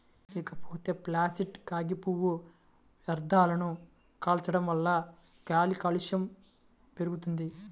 ఇకపోతే ప్లాసిట్ కాగితపు వ్యర్థాలను కాల్చడం వల్ల గాలి కాలుష్యం పెరుగుద్ది